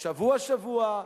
שבוע-שבוע,